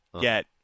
get